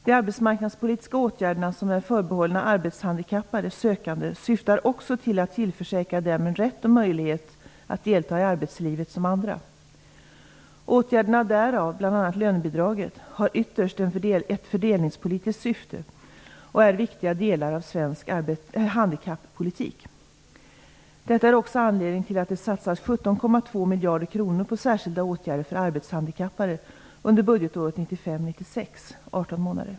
De arbetsmarknadspolitiska åtgärder som är förbehållna arbetshandikappade sökande syftar också till att tillförsäkra dem en rätt och möjlighet att delta i arbetslivet som andra. Åtgärderna därav, bl.a. lönebidraget, har ytterst ett fördelningspolitiskt syfte och är viktiga delar av svensk handikappolitik. Detta är också anledningen till att det satsas 17,2 miljarder kronor på särskilda åtgärder för arbetshandikappade under budgetåret 1995/96 .